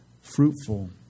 fruitful